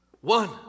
One